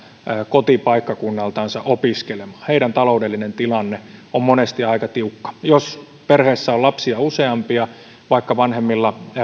kotipaikkakunnaltansa opiskelemaan heidän taloudellinen tilanteensa on monesti aika tiukka jos perheessä on lapsia useampia vaikka vanhemmilla